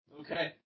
Okay